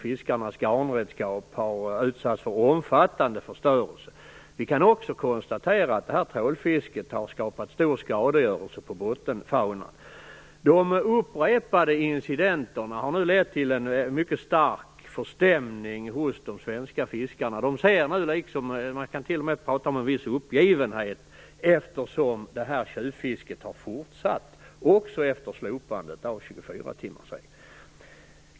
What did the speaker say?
Fiskarnas garnredskap har utsatts för omfattande förstörelse. Vi kan också konstatera att trålfisket har skapat stor skadegörelse på bottenfaunan. De upprepade incidenterna har nu lett till en mycket stark förstämning hos de svenska fiskarna. Man kan till och med tala om en viss uppgivenhet, eftersom tjuvfisket har fortsatt också efter slopandet av 24-timmarsregeln.